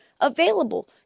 available